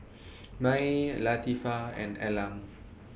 Mae Latifah and Elam